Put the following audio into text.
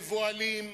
מבוהלים,